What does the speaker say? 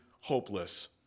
hopeless